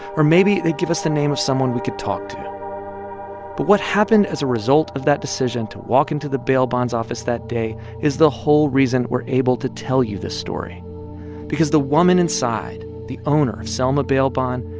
or maybe they'd give us the name of someone we could talk to but what happened as a result of that decision to walk into the bail bonds office that day is the whole reason we're able to tell you this story because the woman inside, the owner of selma bail bond,